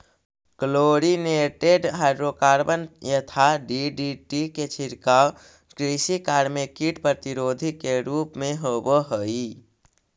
chlorinated hydrocarbon यथा DDT के छिड़काव कृषि कार्य में कीट प्रतिरोधी के रूप में होवऽ हई